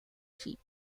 cheap